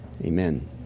Amen